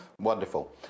Wonderful